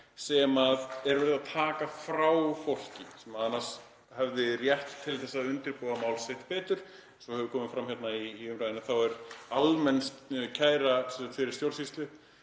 sem er verið að taka frá fólki sem annars hefði rétt til að undirbúa mál sitt betur. Eins og hefur komið fram hérna í umræðunni þá hefur almennur kærufrestur fyrir stjórnsýslu